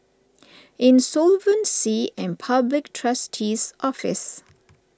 Insolvency and Public Trustee's Office